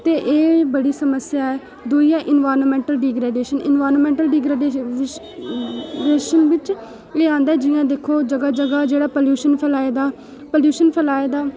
ते एह् बड़ी समस्या ऐ दूई ऐ इनवायरमेंटल डिग्रेडशन दी इनवायरमेंटल डिग्रेडशन बिच्च एह् आंदा जियां दिक्खो जगह् जगह् जेह्ड़ा प्लयूशन फलाए दा प्लयूशन फलाए दा